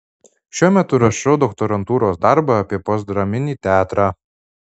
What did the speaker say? šiuo metu rašau doktorantūros darbą apie postdraminį teatrą